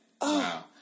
wow